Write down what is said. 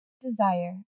desire